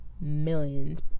millions